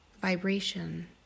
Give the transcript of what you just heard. vibration